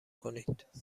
کنید